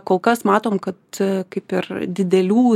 kol kas matom kad kaip ir didelių